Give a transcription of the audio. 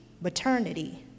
maternity